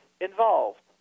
involved